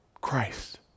Christ